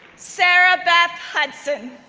sarah beth hudson,